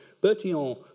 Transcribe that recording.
Bertillon